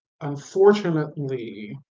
Unfortunately